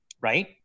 right